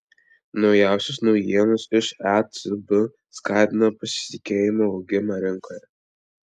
naujausios naujienos iš ecb skatina pasitikėjimo augimą rinkoje